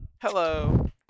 Hello